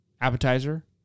appetizer